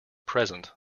present